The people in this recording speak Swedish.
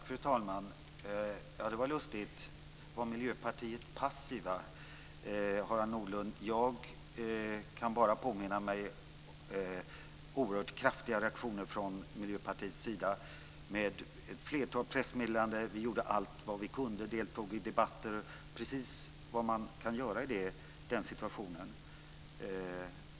Fru talman! Det var lustigt att höra att Miljöpartiet skulle ha varit passivt. Harald Nordlund! Jag kan bara påminna mig oerhört kraftiga reaktioner från Miljöpartiets sida i form av ett flertal pressmeddelanden, deltagande i debatter osv. Vi gjorde allt vad vi kunde göra i den situationen.